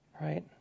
right